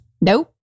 Nope